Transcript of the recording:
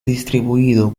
distribuido